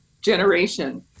generation